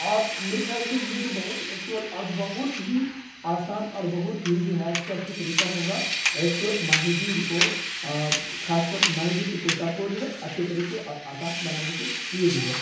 اور میرے خیال سے یہ جو بہت ہی ایکچول اور بہت ہی آسان اور بہت ہی جو ہے سیفٹی طریقہ ہوگا ایک ماہی گیر کو خاص طور ماہی گیری کے پیسہ کو جو ہے اچھے طریقے اور آسان بنانے کے لیے جو ہے